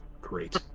Great